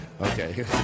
Okay